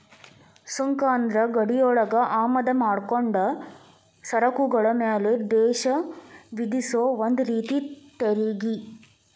ಸುಂಕ ಅಂದ್ರ ಗಡಿಯೊಳಗ ಆಮದ ಮಾಡ್ಕೊಂಡ ಸರಕುಗಳ ಮ್ಯಾಲೆ ದೇಶ ವಿಧಿಸೊ ಒಂದ ರೇತಿ ತೆರಿಗಿ